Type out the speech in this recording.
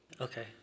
Okay